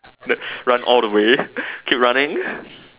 run all the way keep running